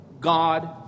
God